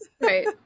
right